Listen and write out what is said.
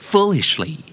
Foolishly